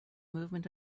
movement